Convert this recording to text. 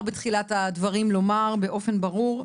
בתחילת הדיון והדברים לומר באופן ברור.